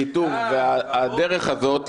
הקיטוב והדרך הזאת,